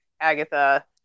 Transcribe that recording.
Agatha